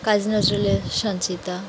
কাজী নজরুলের সঞ্চিতা